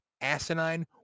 asinine